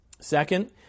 Second